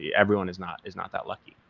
yeah everyone is not is not that lucky.